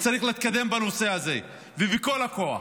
צריך להתקדם בנושא הזה ובכל הכוח